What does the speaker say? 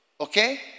Okay